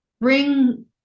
bring